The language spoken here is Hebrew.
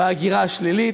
בהגירה השלילית,